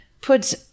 put